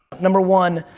number one,